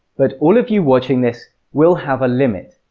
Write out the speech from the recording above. but all of you watching this will have a limit.